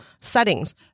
settings